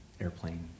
airplane